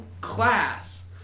class